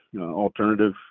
alternative